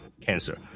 cancer